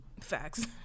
facts